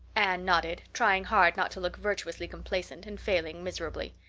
anne nodded, trying hard not to look virtuously complacent and failing miserably.